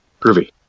groovy